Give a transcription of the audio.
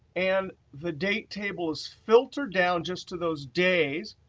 and the date table is filtered down just to those days.